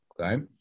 Okay